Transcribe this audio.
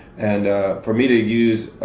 and for me to use,